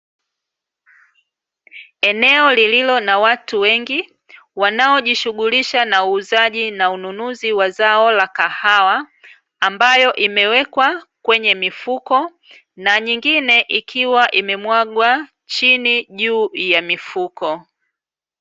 Eneo lililo na watu wengi wanaojishughulisha na uuzaji na ununuzi wa zao la kahawa ambayo imewekwa kwenye mifuko na nyingine ikiwa imemwagwa chini juu ya mifuko.